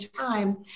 time